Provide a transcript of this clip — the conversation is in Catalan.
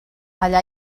allà